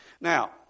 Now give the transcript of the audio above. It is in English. Now